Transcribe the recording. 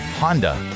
Honda